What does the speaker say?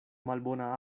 malbona